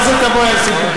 מה זה "תבואי על סיפוקך"?